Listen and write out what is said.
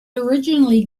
originally